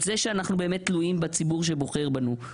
זה שאנחנו באמת תלויים בציבור שבוחר בנו.